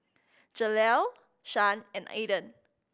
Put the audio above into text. Jaleel Shan and Aydan